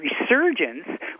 resurgence